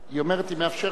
היא אומרת: היא מאפשרת הכרה.